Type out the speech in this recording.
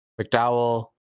McDowell